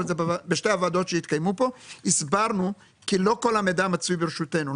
בשתי הוועדות שהתקיימו כאן ואמרנו שלא כל המידע מצוי ברשותנו.